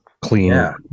clean